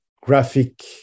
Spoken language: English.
graphic